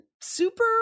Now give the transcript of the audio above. super